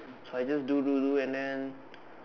so I just do do do and then